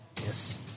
Yes